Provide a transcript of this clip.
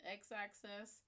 x-axis